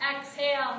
Exhale